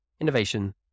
Innovation